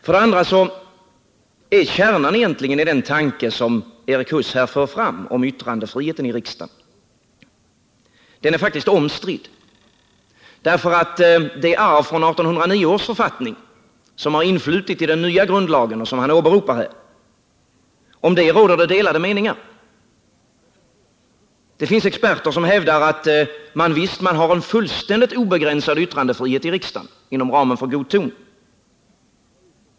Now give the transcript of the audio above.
För det andra är egentligen kärnan i den tanke som Erik Huss här för fram om yttrandefriheten i riksdagen faktiskt omstridd. Det arv från 1809 års författning som har influtit i den nya grundlagen och som han åberopat här råder det delade meningar om. Det finns experter som hävdar att man har fullständigt obegränsad yttrandefrihet i riksdagen inom ramen för god ton.